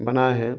बनाए हैं